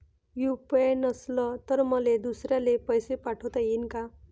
UPI नसल तर मले दुसऱ्याले पैसे पाठोता येईन का?